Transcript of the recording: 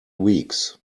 weeks